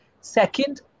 Second